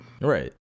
Right